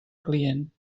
client